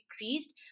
decreased